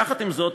יחד עם זאת,